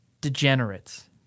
degenerates